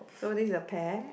so this is a pair